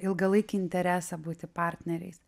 ilgalaikį interesą būti partneriais